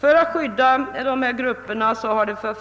För att skydda dessa grupper har en rad förslag